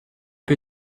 peu